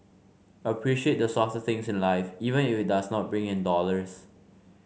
appreciate the softer things in life even if it does not bring in dollars